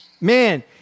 Man